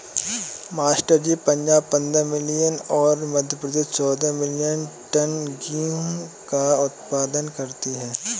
master ji Punjab पंद्रह million और मध्य प्रदेश चौदह मिलीयन टन गेहूं का उत्पादन करती है